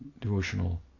devotional